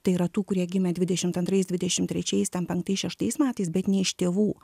tai yra tų kurie gimė dvidešimt antrais dvidešimt trečiais ten penktais šeštais metais bet ne iš tėvų